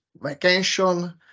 vacation